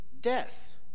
death